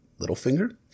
Littlefinger